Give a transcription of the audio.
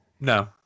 No